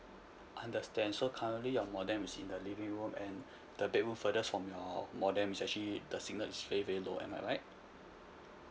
understand so currently your modem is in the living room and the bedroom further from your modem is actually the signal is very very low am I right